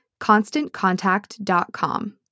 ConstantContact.com